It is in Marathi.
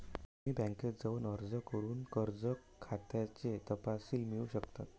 तुम्ही बँकेत जाऊन अर्ज करून कर्ज खात्याचे तपशील मिळवू शकता